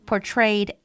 Portrayed